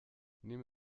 nimm